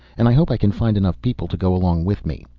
and i hope i can find enough people to go along with me.